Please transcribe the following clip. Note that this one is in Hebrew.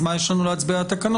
אז מה יש לנו להצביע על התקנות?